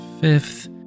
fifth